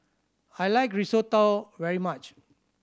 I like Risotto very much